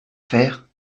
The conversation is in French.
faire